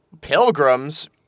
Pilgrims